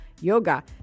yoga